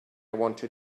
wanted